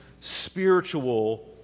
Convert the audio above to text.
spiritual